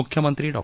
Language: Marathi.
मुख्यमंत्री डॉ